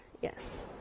yes